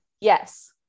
Yes